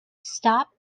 stop